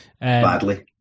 Badly